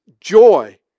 joy